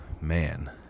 man